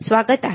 स्वागत आहे